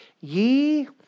Ye